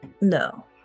No